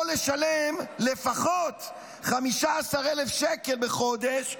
או לשלם לפחות 15,000 בחודש,